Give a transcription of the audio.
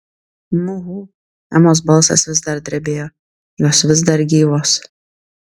muhu emos balsas vis dar drebėjo jos vis dar gyvos